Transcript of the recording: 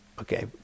Okay